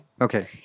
Okay